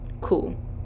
cool